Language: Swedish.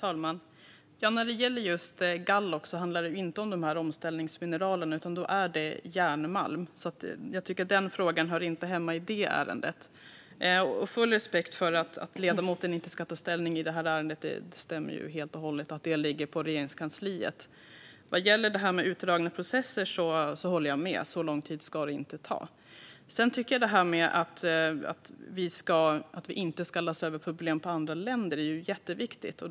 Fru talman! När det gäller just Gállok handlar det inte om de här omställningsmineralen, utan då är det järnmalm. Därför tycker jag inte att den frågan hör hemma i det ärendet. Jag har full respekt för att ledamoten inte ska ta ställning i detta ärende. Det stämmer att det ligger på Regeringskansliet. Vad gäller detta med utdragna processer håller jag med. Så lång tid ska det inte ta. Att vi inte ska lassa över problem på andra länder är jätteviktigt.